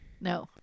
No